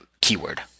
keyword